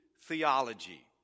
theology